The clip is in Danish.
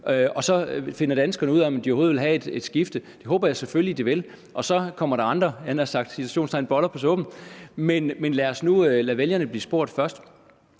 og så finder danskerne ud af, om de overhovedet vil have et skifte. Det håber jeg selvfølgelig at de vil, og så kommer der – i citationstegn – andre boller på suppen, men lad nu vælgerne blive spurgt først.